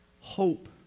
Hope